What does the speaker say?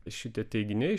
šitie teiginiai